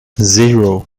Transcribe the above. zero